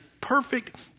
perfect